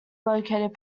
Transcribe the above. located